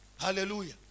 Hallelujah